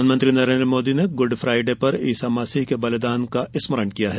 प्रधानमंत्री नरेन्द्र मोदी ने Good Friday पर ईसा मसीह के बलिदान का स्मरण किया है